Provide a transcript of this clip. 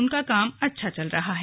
उनका काम अच्छा चल रहा है